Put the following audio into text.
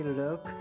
look